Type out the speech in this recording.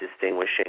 distinguishing